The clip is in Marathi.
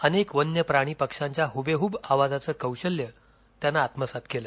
अनेक वन्य प्राणी पक्षांच्या हबेहब आवाजाच कौशल्य त्यानं आत्मसात केलं